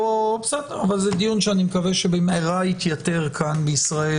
אבל זה דיון שאני מקווה שבמהרה יתייתר כאן במדינת ישראל,